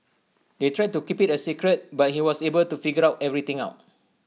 they tried to keep IT A secret but he was able to figure everything out